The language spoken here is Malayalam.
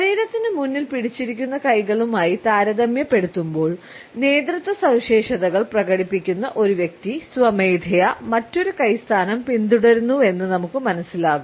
ശരീരത്തിന് മുന്നിൽ പിടിച്ചിരിക്കുന്ന കൈകളുമായി താരതമ്യപ്പെടുത്തുമ്പോൾ നേതൃത്വ സവിശേഷതകൾ പ്രകടിപ്പിക്കുന്ന ഒരു വ്യക്തി സ്വമേധയാ മറ്റൊരു കൈ സ്ഥാനം പിന്തുടരുന്നുവെന്ന് നമുക്ക് മനസ്സിലാകും